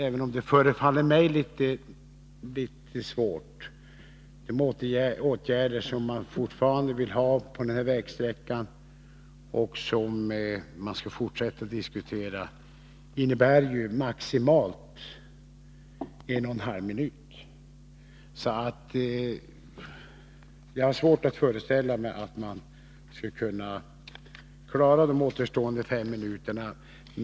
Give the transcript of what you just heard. Även om det förefaller mig litet svårt, är det möjligt att de åtgärder som man fortfarande vill ha på den här vägsträckan, och som man skall fortsätta diskutera, kan innebära en tidsvinst, dock maximalt en och en halv minut. Jag har svårt att föreställa mig att man skulle kunna klara också de återstående fem minuterna.